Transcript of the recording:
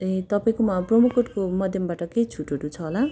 ए तपाईँकोमा प्रोमोकोडको माध्यमबाट केही छुटहरू छ होला